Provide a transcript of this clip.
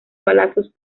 balazos